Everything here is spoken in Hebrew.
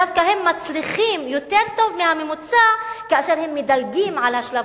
דווקא הם מצליחים יותר טוב מהממוצע כאשר הם מדלגים על השלב